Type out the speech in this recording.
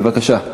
בבקשה.